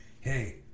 Hey